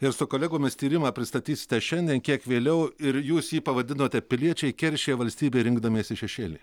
ir su kolegomis tyrimą pristatysite šiandien kiek vėliau ir jūs jį pavadinote piliečiai keršija valstybei rinkdamiesi šešėlį